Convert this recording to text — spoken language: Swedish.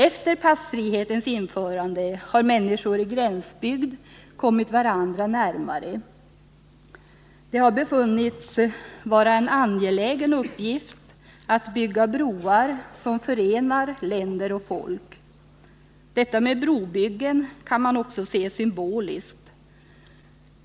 Efter passfrihetens införande har människor i gränsbygd kommit varandra närmare. Det har befunnits vara en angelägen uppgift att bygga broar som förenar länder och folk. Detta med brobyggen kan man också se symboliskt.